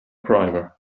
primer